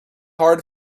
hard